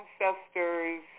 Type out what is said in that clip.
ancestors